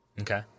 Okay